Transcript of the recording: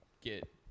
get